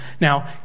Now